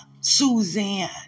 Suzanne